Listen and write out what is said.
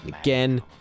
again